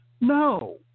No